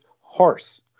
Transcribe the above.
horse